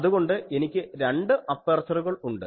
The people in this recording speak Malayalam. അതുകൊണ്ട് എനിക്ക് രണ്ട് അപ്പേർച്ചറുകൾ ഉണ്ട്